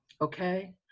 Okay